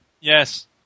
Yes